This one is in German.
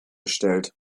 bestellt